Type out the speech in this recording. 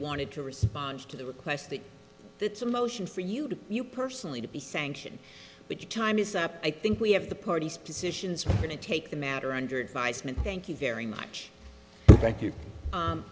wanted to respond to the request that that's a motion for you to you personally to be sanctioned but your time is up i think we have the parties positions we're going to take the matter under advisement thank you very much